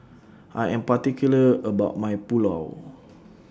I Am particular about My Pulao